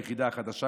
מהיחידה החדשה,